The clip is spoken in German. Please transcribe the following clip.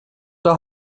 der